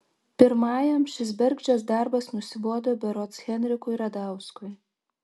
pirmajam šis bergždžias darbas nusibodo berods henrikui radauskui